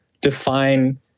define